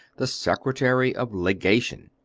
the secretary of legation.